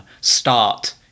start